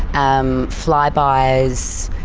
um fly buys,